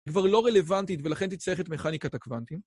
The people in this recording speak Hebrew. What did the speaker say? כבר לא רלוונטית ולכן תצטרך את מכניקת הקוונטים.